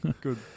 good